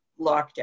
lockdown